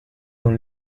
dans